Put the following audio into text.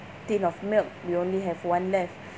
tin of milk we only have one left